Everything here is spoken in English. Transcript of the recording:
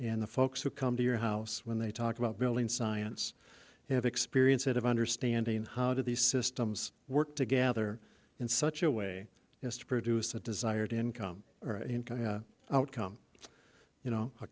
and the folks who come to your house when they talk about building science have experience it of understanding how do these systems work together in such a way as to produce the desired income or outcome you know a